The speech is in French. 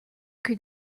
qui